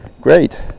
great